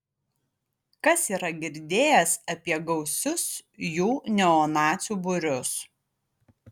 kas yra girdėjęs apie gausius jų neonacių būrius